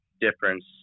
difference